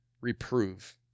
reprove